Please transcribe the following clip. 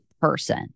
person